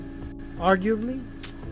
Arguably